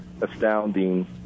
astounding